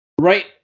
right